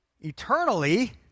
Eternally